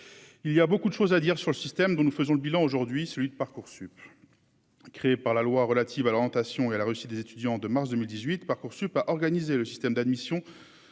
il y a beaucoup de choses à dire sur le système dont nous faisons le bilan aujourd'hui, celui de Parcoursup, créé par la loi relative à l'orientation et la réussite des étudiants de mars 2018 Parcoursup a organisé le système d'admission